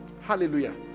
Hallelujah